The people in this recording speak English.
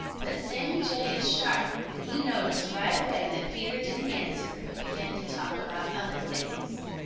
but sammy jay is sharp, and he noticed right away that peter didn't answer but began to talk about other things.